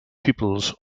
peoples